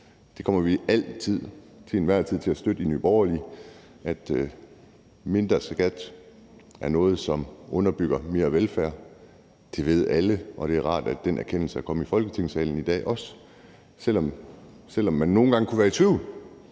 Det kommer vi til enhver tid til at støtte i Nye Borgerlige, nemlig at mindre skat er noget, som underbygger mere velfærd. Det ved alle, og det er rart, at den erkendelse i dag også er nået til Folketingssalen. Selv om man nogle gange kan være i tvivl,